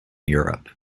europe